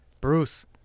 Bruce